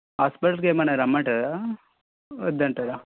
హాస్పిటల్కు ఏమన్న రమ్మంటారా వద్దంటారా